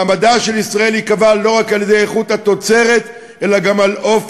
מעמדה של ישראל ייקבע לא רק על-ידי איכות התוצרת אלא גם על-ידי